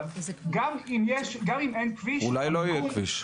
אבל גם אם אין כביש --- אולי לא יהיה כביש.